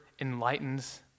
enlightens